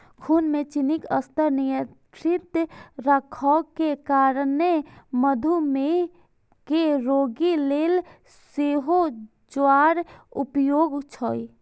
खून मे चीनीक स्तर नियंत्रित राखै के कारणें मधुमेह के रोगी लेल सेहो ज्वार उपयोगी छै